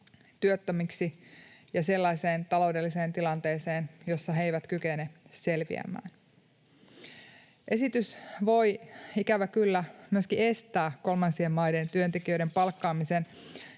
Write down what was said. työttömiksi ja sellaiseen taloudelliseen tilanteeseen, jossa he eivät kykene selviämään. Esitys voi, ikävä kyllä, myöskin estää kolmansien maiden työntekijöiden palkkaamisen